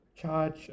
charge